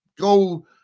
Go